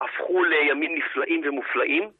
הפכו לימים נפלאים ומופלאים